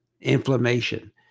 inflammation